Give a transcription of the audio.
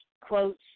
quotes